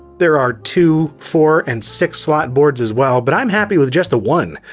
there are two, four, and six slot boards as well, but i'm happy with just the one.